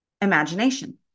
imagination